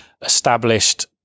established